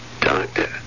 Doctor